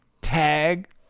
Tag